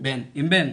בן.